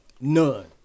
None